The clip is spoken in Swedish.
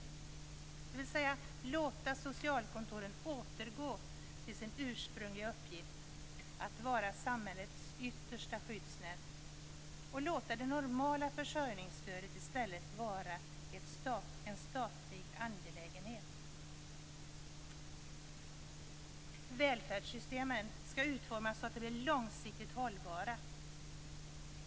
Är det inte dags att låta socialkontoren återgå till sin ursprungliga uppgift att vara samhällets yttersta skyddsnät och låta det normala försörjningsstödet vara en statlig angelägenhet i stället? Välfärdssystemen skall utformas så att de blir långsiktigt hållbara.